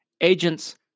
agents